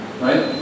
right